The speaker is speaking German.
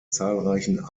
zahlreichen